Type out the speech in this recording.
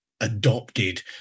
adopted